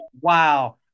Wow